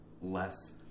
less